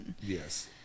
Yes